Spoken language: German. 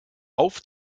auf